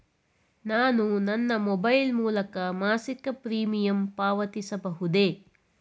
ನಾನು ನನ್ನ ಮೊಬೈಲ್ ಮೂಲಕ ಮಾಸಿಕ ಪ್ರೀಮಿಯಂ ಪಾವತಿಸಬಹುದೇ?